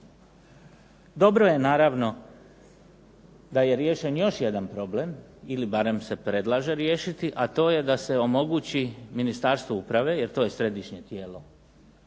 Dobro je naravno da je riješen još jedan problem, ili barem se predlaže riješiti, a to je da se omogući Ministarstvu uprave, jer to je središnje tijelo